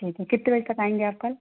ठीक है कितने बजे तक आएंगे आप कल